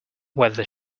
whether